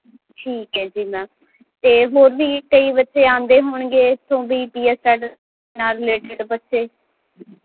ਠੀਕ ਹੈ ਜੀ ਮੈਮ ਅਤੇ ਹੋਰ ਵੀ ਕਈ ਬੱਚੇ ਆਉਂਦੇ ਹੋਣਗੇ ਸੋ ਵੀ ਪੀਐਸਟੈਟ ਨਾਲ ਰਿਲੇਟਿਡ ਬੱਚੇ